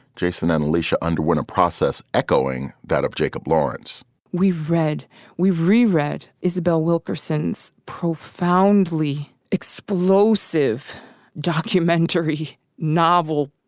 jason and alicia underwent a process echoing that of jacob lawrence we've read we've re-read isabel wilkerson's profoundly explosive documentary novel,